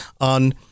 on